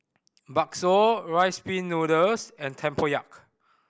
bakso Rice Pin Noodles and tempoyak